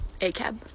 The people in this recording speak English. acab